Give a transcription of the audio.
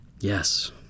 Yes